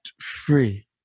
free